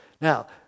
Now